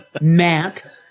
Matt